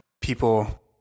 people